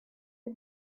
big